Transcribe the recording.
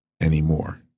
anymore